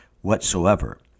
whatsoever